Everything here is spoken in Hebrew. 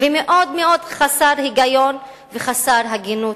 ומאוד מאוד חסר היגיון וחסר הגינות.